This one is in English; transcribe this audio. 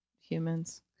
humans